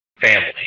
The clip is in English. family